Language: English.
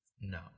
No